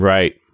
Right